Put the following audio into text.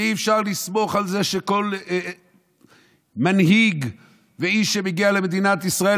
ואי-אפשר לסמוך על זה שכל מנהיג ואיש שמגיע למדינת ישראל,